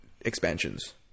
expansions